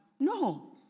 No